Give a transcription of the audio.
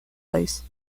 ice